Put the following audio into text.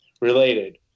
related